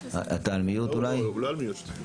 אנחנו מדברים על תקנות.